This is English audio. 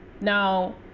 Now